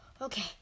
Okay